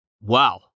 Wow